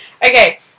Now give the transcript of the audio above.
Okay